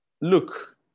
look